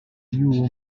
y’uwo